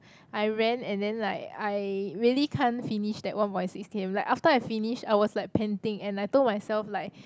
I ran and then like I really can't finish that one point six K_M like after I finish I was like panting and like I told myself like